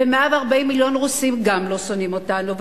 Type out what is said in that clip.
ו-140 מיליון רוסים גם לא שונאים אותנו,